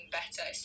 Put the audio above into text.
better